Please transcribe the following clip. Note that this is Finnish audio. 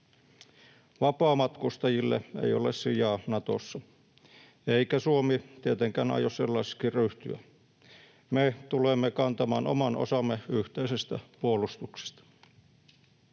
Vapaamatkustajille ei ole sijaa Natossa, eikä Suomi tietenkään aio sellaiseksi ryhtyä. Me tulemme kantamaan oman osamme yhteisestä puolustuksesta.